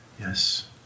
Yes